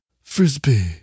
Frisbee